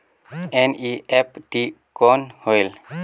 NEFT कौन होएल?